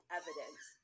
evidence